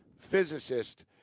physicist